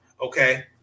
Okay